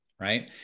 right